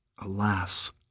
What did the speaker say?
Alas